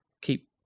keep